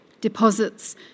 deposits